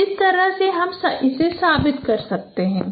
तो इस तरह से हम साबित कर सकते हैं